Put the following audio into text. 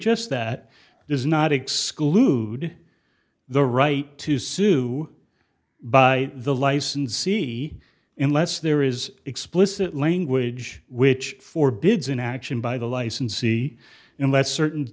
just that does not exclude the right to sue by the license see unless there is explicit language which for bids an action by the licensee unless certain